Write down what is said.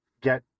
get